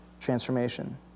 transformation